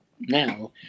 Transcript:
now